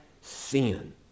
sin